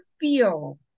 feel